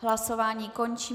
Hlasování končím.